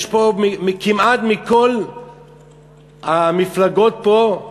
יש פה כמעט מכל המפלגות, חוץ,